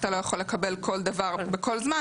אתה לא יכול לקבל כל דבר בכל זמן.